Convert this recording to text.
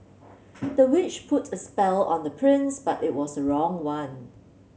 the witch put a spell on the prince but it was a wrong one